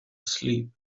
sleep